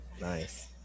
nice